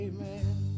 Amen